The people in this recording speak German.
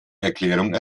erklärung